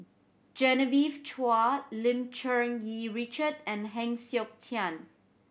Genevieve Chua Lim Cherng Yih Richard and Heng Siok Tian